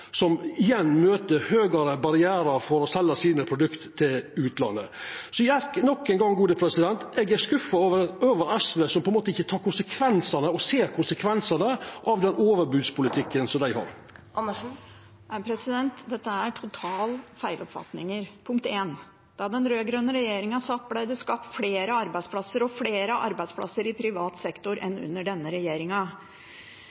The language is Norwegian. som igjen møter høgare barrierar for å selja sine produkt til utlandet? Nok ein gong: Eg er skuffa over SV, som ikkje tek eller ser konsekvensane av den overbodspolitikken dei har. Dette er totalt feiloppfattet. Punkt én: Da den rød-grønne regjeringen satt, ble det skapt flere arbeidsplasser ? flere arbeidsplasser i privat sektor ? enn